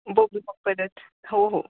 हो हो